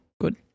Good